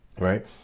Right